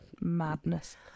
Madness